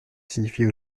signifie